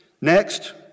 Next